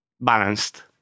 balanced